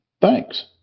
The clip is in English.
Thanks